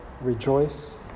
rejoice